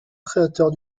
créateurs